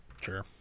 sure